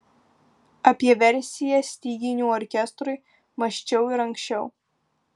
apie versiją styginių orkestrui mąsčiau ir anksčiau